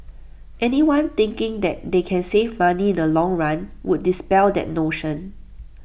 anyone thinking that they can save money in the long run would dispel that notion